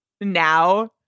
now